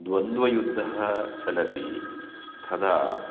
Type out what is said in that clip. द्वन्द्वयुद्धः चलति तदा